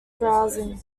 browsing